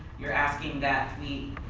you're asking that we